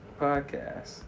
podcast